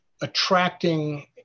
attracting